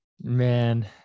Man